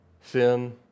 sin